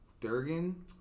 Durgan